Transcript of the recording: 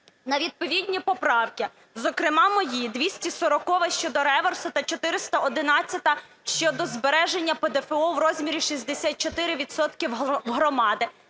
на відповідні поправки, зокрема мої, 240-а щодо реверсу та 411-а щодо збереження ПДФО в розмірі 64 відсотки